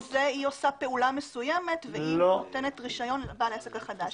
על סמך זה היא עושה פעולה מסוימת והיא נותנת רישיון לבעל העסק החדש.